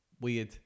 weird